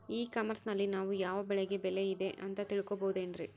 E commerce ನಲ್ಲಿ ನಾವು ಯಾವ ಬೆಳೆಗೆ ಬೆಲೆ ಇದೆ ಅಂತ ತಿಳ್ಕೋ ಬಹುದೇನ್ರಿ?